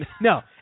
No